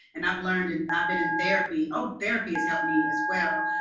and i've learned, and i've been in therapy. oh, therapy has helped me as well.